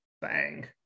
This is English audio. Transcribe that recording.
bang